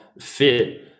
fit